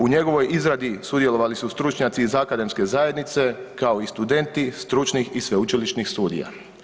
U njegovoj izradi sudjelovali su stručnjaci iz akademske zajednice kao i studenti stručnih i sveučilišnih studija.